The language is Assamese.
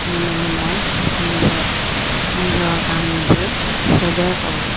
দি মেলি মই নিজৰ নিজৰ কাম নিজে সেইদৰে কৰোঁ